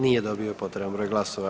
Nije dobio potreban broj glasova.